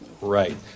Right